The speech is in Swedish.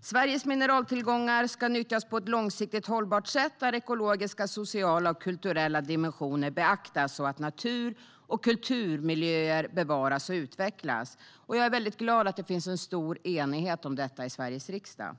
Sveriges mineraltillgångar ska nyttjas på ett långsiktigt hållbart sätt, där ekologiska, sociala och kulturella dimensioner beaktas, så att natur och kulturmiljöer bevaras och utvecklas. Jag är glad över att det finns en stor enighet om detta i Sveriges riksdag.